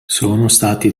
trovati